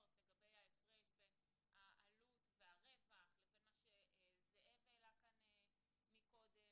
לגבי ההפרש בין העלות והרווח לבין מה שזאב העלה כאן מקודם.